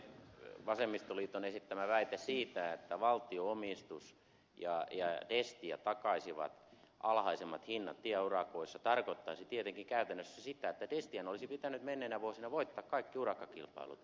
vasemmistoliiton esittämä väite siitä että valtionomistus ja destia takaisivat alhaisemmat hinnat tieurakoissa tarkoittaisi tietenkin käytännössä sitä että destian olisi pitänyt menneinä vuosina voittaa kaikki urakkakilpailut